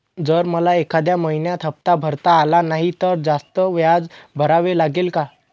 जर मला एखाद्या महिन्यात हफ्ता भरता आला नाही तर जास्त व्याज भरावे लागेल का?